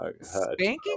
Spanking